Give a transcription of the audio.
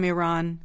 Iran